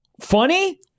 Funny